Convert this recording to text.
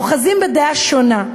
אוחזים בדעה שונה.